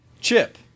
Chip